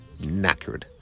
knackered